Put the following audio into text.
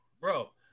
Bro